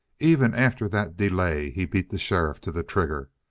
even after that delay he beat the sheriff to the trigger.